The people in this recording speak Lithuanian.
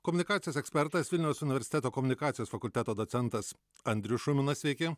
komunikacijos ekspertas vilniaus universiteto komunikacijos fakulteto docentas andrius šuminas sveiki